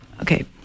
Okay